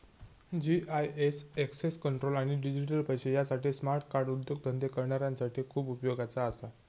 GIS access control आणि digital पैशे यासाठी स्मार्ट कार्ड उद्योगधंदे करणाऱ्यांसाठी खूप उपयोगाचा असा